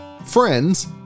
friends